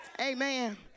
amen